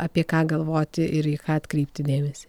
apie ką galvoti ir į ką atkreipti dėmesį